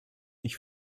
ich